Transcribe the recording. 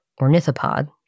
ornithopod